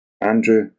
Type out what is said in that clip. Andrew